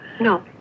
No